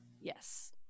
yes